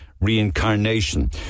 reincarnation